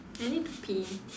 I need to pee